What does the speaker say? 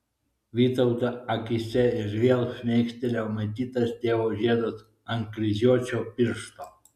vytauto akyse ir vėl šmėkštelėjo matytas tėvo žiedas ant kryžiuočio piršto